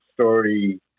story